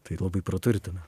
tai labai praturtina